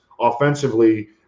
offensively